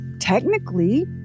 technically